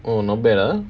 oh not bad ah